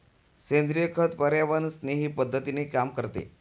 सेंद्रिय खत पर्यावरणस्नेही पद्धतीने काम करते